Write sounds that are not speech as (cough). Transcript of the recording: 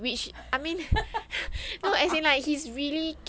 (breath) (laughs) (laughs)